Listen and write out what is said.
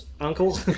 uncle